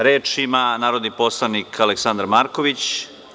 Reč ima narodni poslanik Aleksandar Marković.